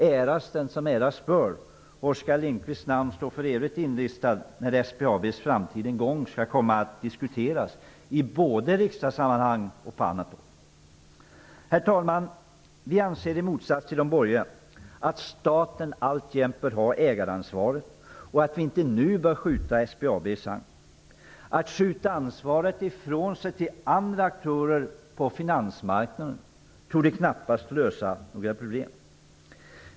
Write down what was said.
Äras den som äras bör; Oskar Lindkvists namn står för evigt inristat när SBAB:s framtid en gång skall komma att diskuteras i både riksdagssammanhang och på annat håll. Herr talman! Vi anser i motsats till de borgerliga att staten alltjämt bör ha ägaransvaret och att vi inte nu bör skjuta SBAB i sank. Att skjuta ansvaret ifrån sig till andra aktörer på finansmarknaden torde knappast lösa några problem.